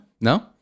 No